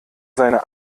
seine